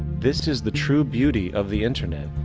this is the true beauty of the internet.